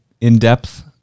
in-depth